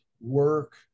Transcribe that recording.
work